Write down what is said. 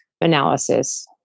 analysis